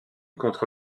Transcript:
contre